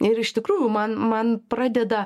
ir iš tikrųjų man man pradeda